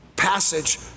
passage